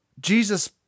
Jesus